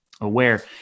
aware